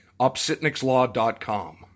OpsitniksLaw.com